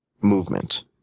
movement